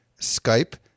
Skype